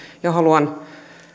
ja haluan